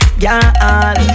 girl